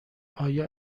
آیا